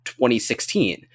2016